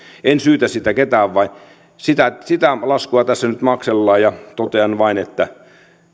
en syytä siitä ketään mutta sitä laskua tässä nyt maksellaan ja totean vain että